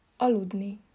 Aludni